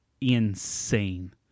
insane